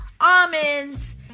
almonds